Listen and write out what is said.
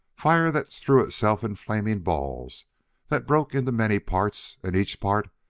fire that threw itself in flaming balls that broke into many parts and each part,